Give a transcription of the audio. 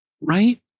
Right